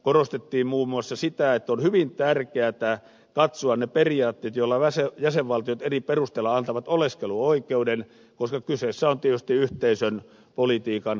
korostettiin muun muassa sitä että on hyvin tärkeätä katsoa ne periaatteet joilla jäsenvaltiot eri perusteilla antavat oleskeluoikeuden koska kyseessä on tietysti yhteisön politiikan osa